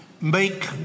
make